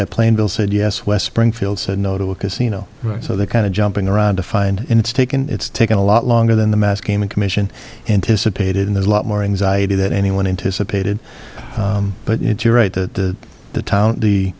that plain bill said yes west springfield said no to a casino right so they're kind of jumping around to find it's taken it's taken a lot longer than the mass gaming commission anticipated there's a lot more anxiety that anyone anticipated but it's you're right that the town the